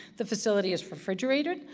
the facility is refrigerated.